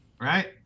right